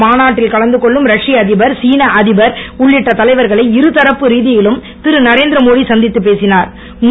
மாநாட்டில் கலந்துகொள்ளும் ரஷ்ய அதிபர் சின அதிபர் உள்ளிட்ட தலைவர்களை இருதரப்பு ரீதியிலும் திருநரேந்திர மோடி சந்தித்துப் பேசிஞர்